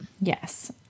Yes